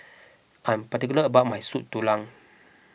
I'm particular about my Soup Tulang